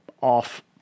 off